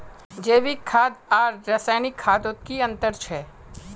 जैविक खाद आर रासायनिक खादोत की अंतर छे?